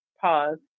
pause